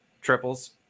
triples